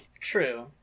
true